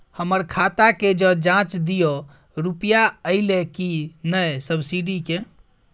हमर खाता के ज जॉंच दियो रुपिया अइलै की नय सब्सिडी के?